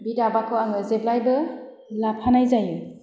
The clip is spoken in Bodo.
बि दाबाखौ आङो जेब्लायबो लाफानाय जायो